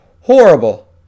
horrible